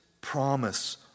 promise